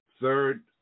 Third